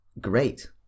great